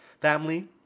family